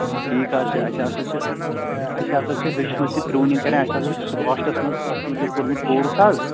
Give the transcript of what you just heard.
ٹھیٖک حظ چھُ اَسہِ ہسا چھِ اَسہِ ہسا چھِ ہیٚچھمٕژٕ یہِ پرٛوٗنِنٛگ کَرٕنۍ اَسہِ ہسا چھِ سٕکاسٹَس منٛز اَتھ متعلق کوٚرمُت کورٕس حظ